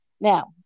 Now